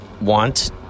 want